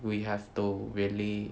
we have to really